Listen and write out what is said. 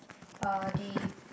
uh they